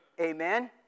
amen